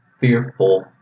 fearful